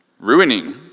ruining